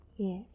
Yes